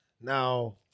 Now